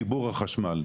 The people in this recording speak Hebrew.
חיבור החשמל,